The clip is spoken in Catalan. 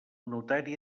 notari